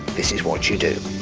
this is what you do